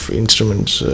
instruments